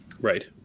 Right